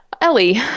Ellie